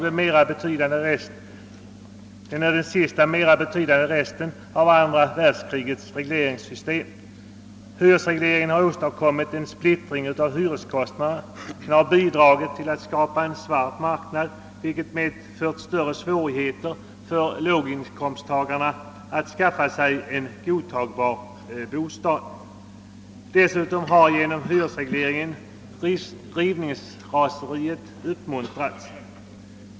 Den är den sista mer betydande resten av andra världskrigets regleringssystem. Hyresregleringen har åstadkommit en splittring av hyreskostnaderna och bidragit till att skapa en svart marknad, vilket medfört större svårighet för låginkomsttagarna att skaffa en godtagbar bostad. Dessutom har rivningsraseriet uppmuntrats genom regleringen.